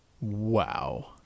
Wow